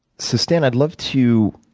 so stan, i'd love to